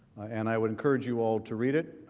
and i would encourage you all to read it.